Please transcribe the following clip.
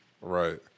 Right